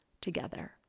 together